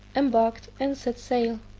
embarked, and set sail.